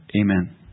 amen